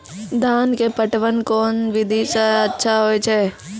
धान के पटवन कोन विधि सै अच्छा होय छै?